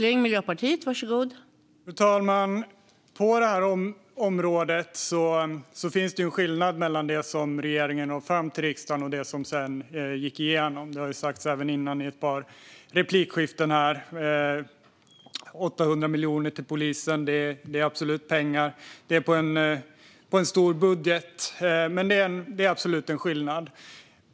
Fru talman! På detta område finns det en skillnad mellan det som regeringen lade fram för riksdagen och det som sedan gick igenom. Det har sagts även tidigare i ett par replikskiften här. 800 miljoner till polisen är absolut pengar. Det är en stor budget, men det är absolut en skillnad.